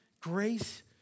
grace